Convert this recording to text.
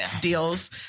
deals